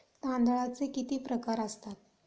तांदळाचे किती प्रकार असतात?